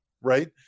right